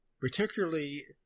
Particularly